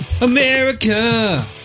America